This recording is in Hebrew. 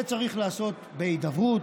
את זה צריך לעשות בהידברות,